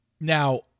now